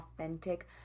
authentic